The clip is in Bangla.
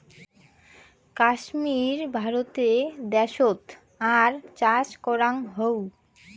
কাশ্মীর ভারতে দ্যাশোত আর চাষ করাং হউ